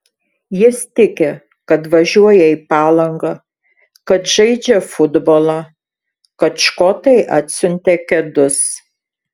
jis tiki kad važiuoja į palangą kad žaidžia futbolą kad škotai atsiuntė kedus